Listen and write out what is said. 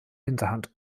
hinterhand